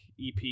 ep